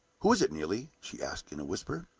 who is it, neelie? she asked, in a whisper.